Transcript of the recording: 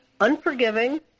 unforgiving